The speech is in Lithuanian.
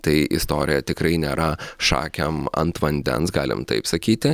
tai istorija tikrai nėra šakėm ant vandens galim taip sakyti